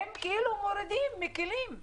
הם מקלים עלינו.